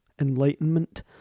enlightenment